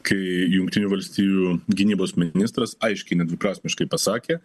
kai jungtinių valstijų gynybos ministras aiškiai nedviprasmiškai pasakė